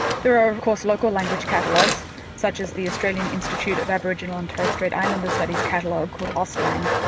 there are of course local language catalogues such as the australian institute of aboriginal and torres strait islander studies catalogue called austlang,